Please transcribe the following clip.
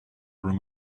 room